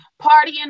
partying